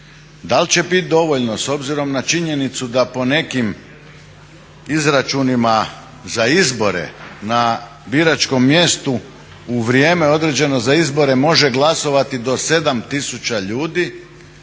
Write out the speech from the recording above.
Da li će biti dovoljno s obzirom na činjenicu da po nekim izračunima za izbore na biračkom mjestu u vrijeme određeno za izbore može glasovati do 7000 ljudi